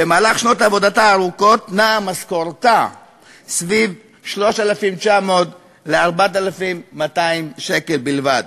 במהלך שנות עבודתה הארוכות נעה משכורתה סביב 3,900 4,200 שקל בלבד,